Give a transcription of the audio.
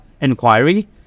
inquiry